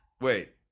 Wait